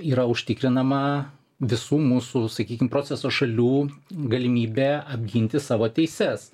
yra užtikrinama visų mūsų sakykim proceso šalių galimybė apginti savo teises